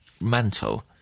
mental